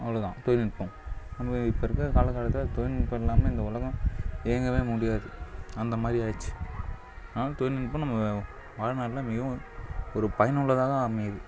அவ்வளோதான் தொழில்நுட்பம் நம்ம இப்போ இருக்கிற காலகட்டத்தில் தொழில்நுட்பம் இல்லாமல் இந்த உலகோம் இயங்கவே முடியாது அந்தமாதிரி ஆயிடுச்சு ஆனால் தொழில்நுட்பம் நம்ப வாழ்நாளில் மிகவும் ஒரு பயனுள்ளதாக தான் அமையுது